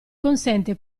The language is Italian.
consente